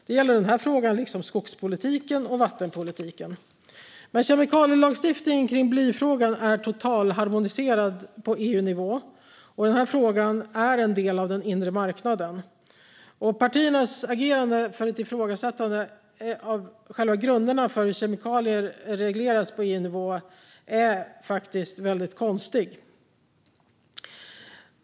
Det gäller den här frågan liksom skogspolitiken och vattenpolitiken. Kemikalielagstiftningen om blyfrågan är totalharmoniserad på EU-nivå. Den här frågan gäller en del av den inre marknaden. Partiernas agerande är ett ifrågasättande av själva grunderna för hur kemikalier regleras på EU-nivå och är faktiskt väldigt konstigt.